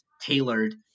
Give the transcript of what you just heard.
tailored